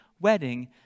Wedding